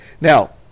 Now